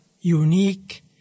unique